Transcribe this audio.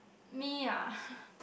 me ah